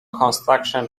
construction